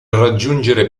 raggiungere